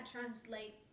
translate